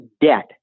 debt